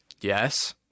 Yes